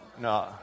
No